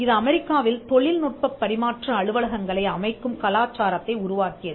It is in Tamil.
இது அமெரிக்காவில் தொழில்நுட்பப் பரிமாற்ற அலுவலகங்களை அமைக்கும் கலாச்சாரத்தை உருவாக்கியது